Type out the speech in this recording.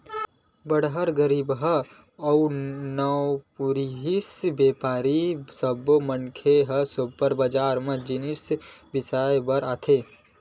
बड़हर, गरीबहा, नउकरीपेसा, बेपारी सब्बो मनखे ह सुपर बजार म जिनिस बिसाए बर आथे